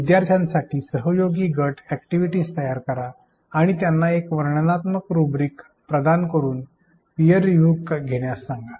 विद्यार्थ्यांसाठी सहयोगी गट अॅक्टिव्हिटीज तयार करा आणि त्यांना एक वर्णनात्मक रुब्रिक प्रदान करुन पियर रिव्यू घेण्यास सांगा